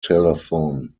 telethon